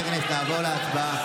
חברי הכנסת, נעבור להצבעה.